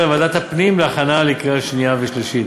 לוועדת הפנים להכנה לקריאה שנייה ושלישית.